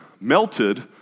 melted